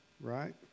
right